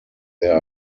there